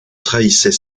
trahissait